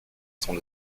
sont